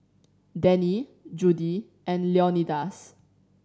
Denny Judi and Leonidas